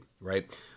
right